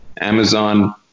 Amazon